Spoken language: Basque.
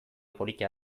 polita